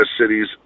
cities